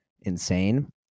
insane